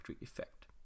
effect